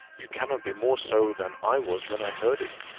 you cannot be more so than i was when i heard it.